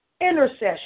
intercession